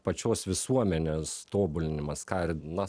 pačios visuomenės tobulinimas ką ir na